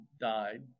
died